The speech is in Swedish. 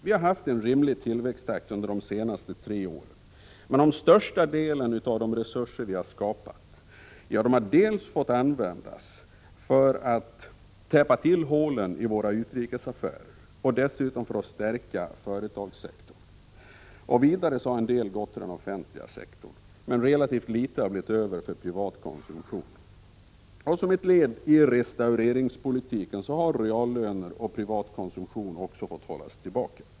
Vi har haft en rimlig tillväxttakt under de senaste tre åren, men största delen av de resurser som vi har skapat har fått användas för att dels täppa till hålen i våra utrikesaffärer, dels stärka företagssektorn. En del har också gått till den offentliga sektorn. Relativt litet har blivit över för privat konsumtion. Som ett led i restaureringspolitiken har reallöner och privat konsumtion hållits tillbaka.